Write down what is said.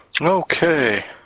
Okay